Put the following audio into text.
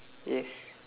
yes